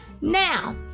Now